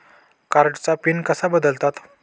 कार्डचा पिन कसा बदलतात?